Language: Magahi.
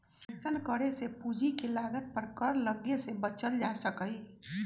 अइसन्न करे से पूंजी के लागत पर कर लग्गे से बच्चल जा सकइय